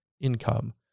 income